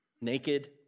naked